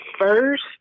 first